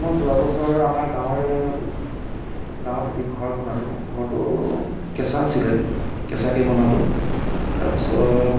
মই যোৱা বছৰ আমাৰ গাঁৱৰে গাঁৱত এটি ঘৰ বনালোঁ ঘৰটো কেঁচা আছিলে কেঁচাকৈ বনালোঁ তাৰ পিছত